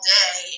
day